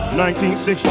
1960